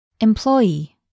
Employee